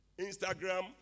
Instagram